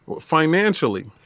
financially